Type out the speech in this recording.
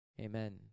Amen